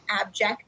abject